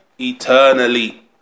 eternally